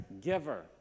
giver